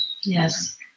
Yes